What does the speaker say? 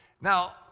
Now